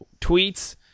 tweets –